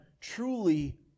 truly